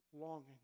longing